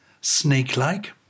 snake-like